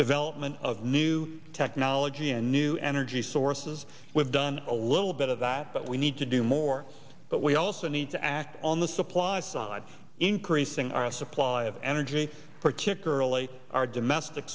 development of new technology and new energy sources we've done a little bit of that we need to do more but we also need to act on the supply side increasing our supply of energy particularly our domestic